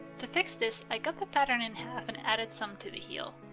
to fix this, i cut the pattern in half and added some to the heel.